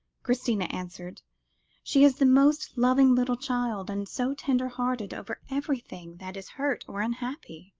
christina answered she is the most loving little child, and so tender-hearted over everything that is hurt or unhappy.